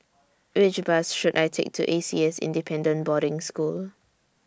Which Bus should I Take to A C S Independent Boarding School